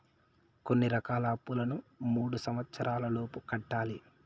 కొన్ని రకాల అప్పులను మూడు సంవచ్చరాల లోపు కట్టాలి